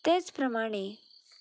तेच प्रमाणें